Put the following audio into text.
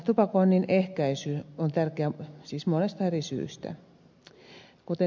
tupakoinnin ehkäisy on tärkeää siis monesta eri syystä